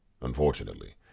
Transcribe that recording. unfortunately